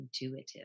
intuitive